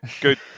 Good